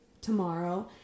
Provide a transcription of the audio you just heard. tomorrow